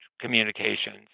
Communications